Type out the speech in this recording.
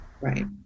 Right